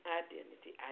identity